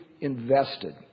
invested